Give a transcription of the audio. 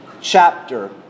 chapter